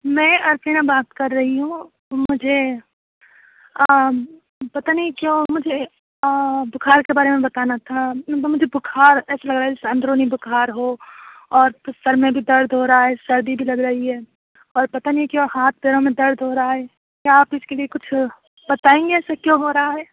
میں ارچنا بات کر رہی ہوں مجھے پتہ نہیں کیوں مجھے بخار کے بارے میں بتانا تھا وہ مجھے بخار ایسا لگ رہا ہے جیسے اندرونی بخار ہو اور سر میں بھی درد ہو رہا ہے سردی بھی لگ رہی ہے اور پتہ نہیں کیوں ہاتھ پیروں میں درد ہو رہا ہے کیا آپ اس کے لیے کچھ بتائیں گی ایسا کیوں ہو رہا ہے